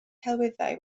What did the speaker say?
celwyddau